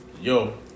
Yo